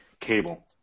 Cable